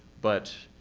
but.